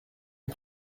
une